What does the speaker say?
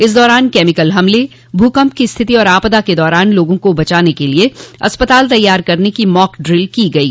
इस दौरान केमिकल हमले भूकंप की स्थिति और आपदा के दौरान लोगों को बचाने क लिए अस्पताल तैयार करने की मॉक ड्रिल की गयी